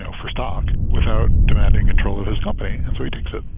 so for stock without demanding control of his company, and so he takes it.